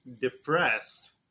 depressed